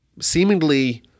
seemingly